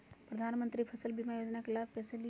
प्रधानमंत्री फसल बीमा योजना का लाभ कैसे लिये?